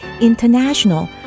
international